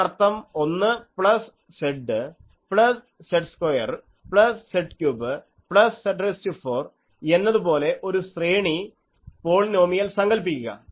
അതിനർത്ഥം 1 plus Z plus Z2 plus Z3 plus Z4 എന്നതു പോലത്തെ ഒരു ശ്രേണി പോളിനോമിയൽ സങ്കൽപ്പിക്കുക